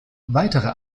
weitere